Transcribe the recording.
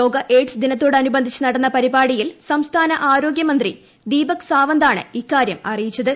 ലോക എയ്ഡ്സ് ദിനത്തോടനുബന്ധിച്ച്ച് നടന്ന പരിപാടിയിൽ സംസ്ഥാന ആരോഗൃമന്ത്രി ദീപക് ് സാവന്ത് ആണ് ഇക്കാര്യം അറിയിച്ചത്